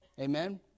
Amen